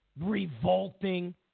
revolting